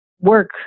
work